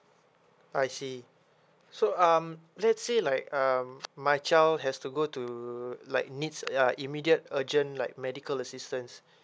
I see so um let's say like um my child has to go to like needs uh ya immediate urgent like medical assistance